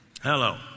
Hello